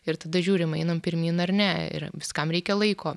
ir tada žiūrim ainam pirmyn ar ne ir viskam reikia laiko